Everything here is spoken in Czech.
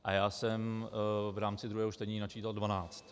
A já jsem v rámci druhého čtení načítal dvanáct.